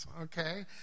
Okay